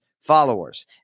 followers